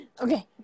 Okay